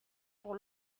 pour